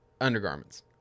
undergarments